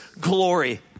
glory